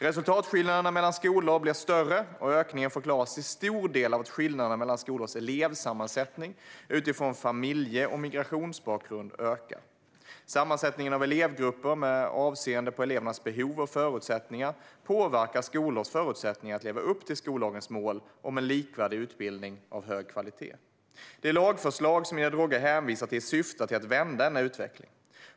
Resultatskillnaderna mellan skolor blir större, och ökningen förklaras till stor del av att skillnaderna mellan skolors elevsammansättning utifrån familje och migrationsbakgrund ökar. Sammansättningen av elevgrupper, med avseende på elevernas behov och förutsättningar, påverkar skolors förutsättningar att leva upp till skollagens mål om en likvärdig utbildning av hög kvalitet. Det lagförslag som Ida Drougge hänvisar till syftar till att vända denna utveckling.